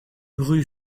rue